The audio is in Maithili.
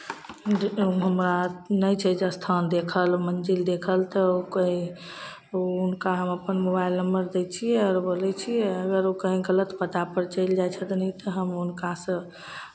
जे कोनो हमरा नहि छै जे स्थान देखल मंजिल देखल तऽ कोइ हुनका हम अपन मोबाइल नंबर दै छियै आ बोलै छियै अगर ओ कहीँ गलत पतापर चैल जाइ छथिन तऽ हम हुनकासँ